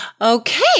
Okay